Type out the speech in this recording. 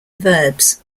verbs